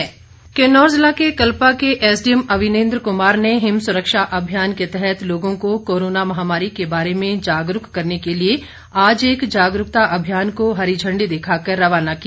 जागरूकता अभियान किन्नौर जिला के कल्पा के एसडीएम अविनेंद्र कुमार ने हिम सुरक्षा अभियान के तहत लोगों को कोरोना महामारी के बारे में जागरूक करने के लिए आज एक जागरूकता अभियान को हरी झंडी दिखाकर रवाना किया